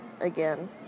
again